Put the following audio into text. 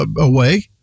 away